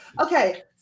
Okay